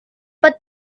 but